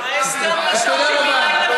ההסדר משרתים ממילא,